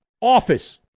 office